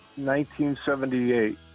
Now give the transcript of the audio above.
1978